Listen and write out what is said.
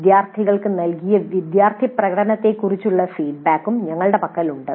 വിദ്യാർത്ഥികൾക്ക് നൽകിയ വിദ്യാർത്ഥി പ്രകടനത്തെക്കുറിച്ചുള്ള ഫീഡ്ബാക്കും ഞങ്ങളുടെ പക്കലുണ്ട്